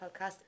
podcast